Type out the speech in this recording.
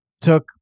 took